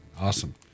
Awesome